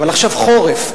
אבל עכשיו חורף,